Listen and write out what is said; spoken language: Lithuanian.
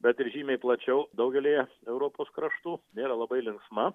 bet ir žymiai plačiau daugelyje europos kraštų nėra labai linksma